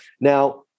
Now